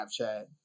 Snapchat